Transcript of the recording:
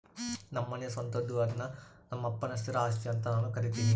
ನಮ್ಮನೆ ಸ್ವಂತದ್ದು ಅದ್ನ ನಮ್ಮಪ್ಪನ ಸ್ಥಿರ ಆಸ್ತಿ ಅಂತ ನಾನು ಕರಿತಿನಿ